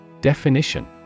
Definition